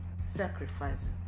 sacrificing